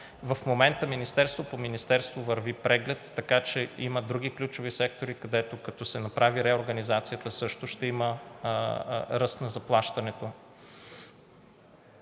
В момента министерство по министерство върви преглед, така че има други ключови сектори, където, като се направи реорганизацията, също ще има ръст на заплащането.